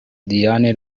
diane